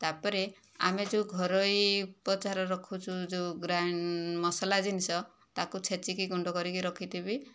ତା'ପରେ ଆମେ ଯେଉଁ ଘରୋଇ ଉପଚାର ରଖୁଛୁ ଯେଉଁ ଗ୍ରାଇନ ମସଲା ଜିନିଷ ତାକୁ ଛେଚିକି ଗୁଣ୍ଡ କରିକି ରଖିଥିବି